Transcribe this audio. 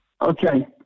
Okay